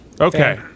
Okay